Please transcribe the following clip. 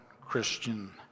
Christian